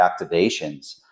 activations